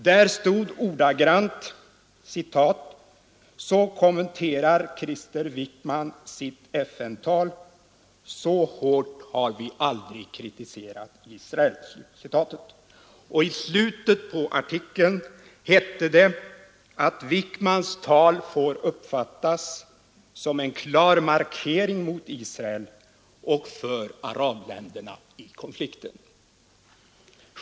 Där stod ordagrant: ”Så kommenterade Krister Wickman sitt FN-tal:”Så hårt har vi aldrig kritiserat Israel.” ” I slutet på artikeln hette det att Wickmans tal ”får uppfattas som en klar markering mot Israel och för Arabländerna i konflikten”.